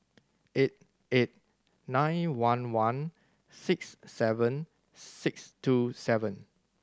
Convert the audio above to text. eight eight nine one one six seven six two seven